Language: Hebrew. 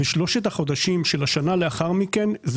ושלושת החודשים של השנה לאחר מכן זה